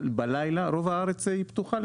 בלילה רוב הארץ היא פתוחה.